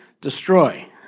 destroy